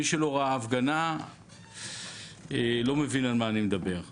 מי שלא ראה הפגנה לא מבין על מה אני מדבר.